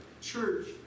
Church